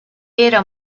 era